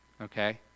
Okay